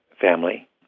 family